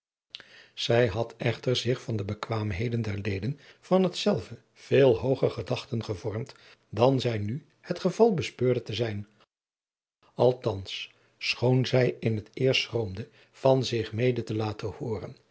zij had echter zich van de bekwaamheden der leden van hetzelve veel hooger gedachten gevormd dan zij nu het geval bespeurde te zijn althans schoon zij in het eerst schroomde van zich mede te laten hooren